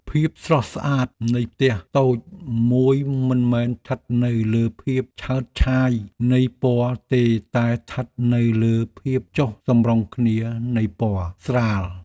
ភាពស្រស់ស្អាតនៃផ្ទះតូចមួយមិនមែនស្ថិតនៅលើភាពឆើតឆាយនៃពណ៌ទេតែស្ថិតនៅលើភាពចុះសម្រុងគ្នានៃពណ៌ស្រាល។